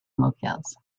locales